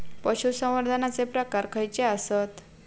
पशुसंवर्धनाचे प्रकार खयचे आसत?